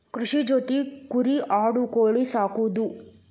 ಕೃಷಿ ಜೊತಿ ಕುರಿ ಆಡು ಕೋಳಿ ಸಾಕುದು